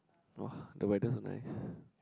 !wah! the weather so nice